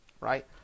right